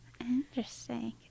Interesting